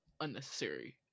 unnecessary